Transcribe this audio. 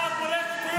אתה פולט שטויות.